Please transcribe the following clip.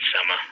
summer